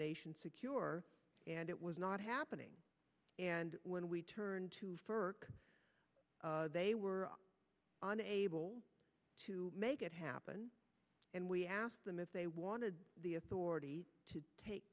nation secure and it was not happening and when we turned to ferk they were unable to make it happen and we asked them if they wanted the authority to take